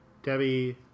Debbie